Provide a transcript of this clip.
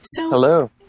Hello